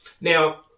Now